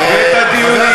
תודה,